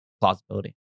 plausibility